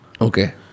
Okay